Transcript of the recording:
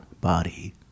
body